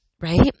right